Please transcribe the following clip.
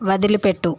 వదిలిపెట్టు